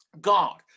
God